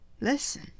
Listen